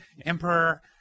emperor